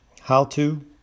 How-to